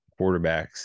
quarterbacks